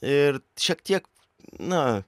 ir šiek tiek na